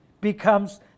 becomes